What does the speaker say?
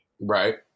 Right